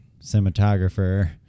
cinematographer